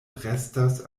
restas